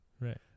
Right